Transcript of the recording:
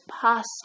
past